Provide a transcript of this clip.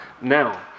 now